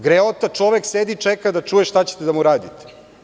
Greota, čovek sedi i čeka da čuje šta ćete da mu radite.